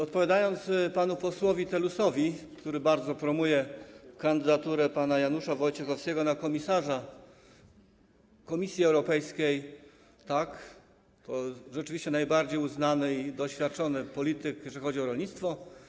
Odpowiadając panu posłowi Telusowi, który bardzo promuje kandydaturę pana Janusza Wojciechowskiego na komisarza Komisji Europejskiej, przyznaję, tak, to rzeczywiście najbardziej uznany i doświadczony polityk, jeżeli chodzi o rolnictwo.